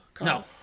No